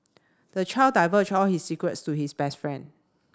the child divulged all his secrets to his best friend